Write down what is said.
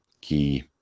key